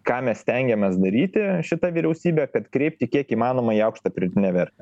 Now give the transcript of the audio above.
ką mes stengiamės daryti šita vyriausybė kad kreipti kiek įmanoma į aukštą pridėtinę vertę